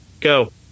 go